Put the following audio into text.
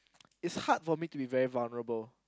it's hard for me to be very vulnerable